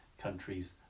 countries